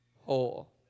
whole